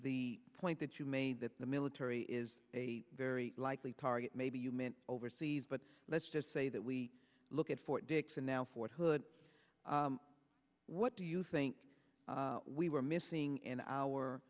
the point that you made that the military is a very likely target maybe you meant overseas but let's just say that we look at fort dix and now fort hood what do you think we were missing in our